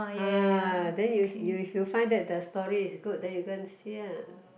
ah then you s~ if you find that the story is good then you go and see uh